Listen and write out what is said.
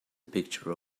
picture